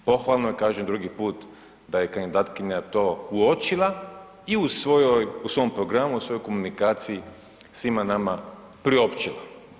Pohvalno je, kažem drugi put, da je kandidatkinja to uočila i u svom programu u svojoj komunikaciji svima nama priopćila.